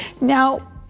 Now